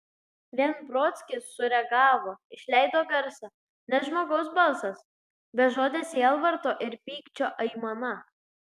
vien brodskis sureagavo išleido garsą ne žmogaus balsas bežodė sielvarto ir pykčio aimana